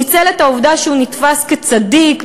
שהוא נתפס כצדיק,